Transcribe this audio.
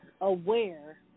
aware